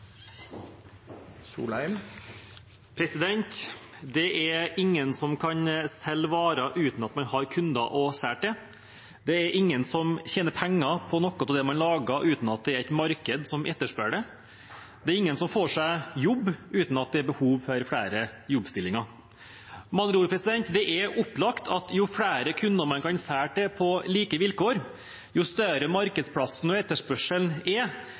ingen som tjener penger på noe av det man lager, uten at det er et marked som etterspør det, og det er ingen som får seg jobb uten at det er behov for flere stillinger. Med andre ord: Det er opplagt at jo flere kunder man kan selge til på like vilkår og jo større markedsplassen og etterspørselen er,